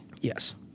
Yes